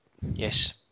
Yes